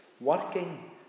Working